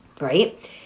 right